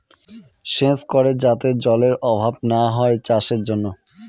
সেচ করে যাতে জলেরর অভাব না হয় চাষের জন্য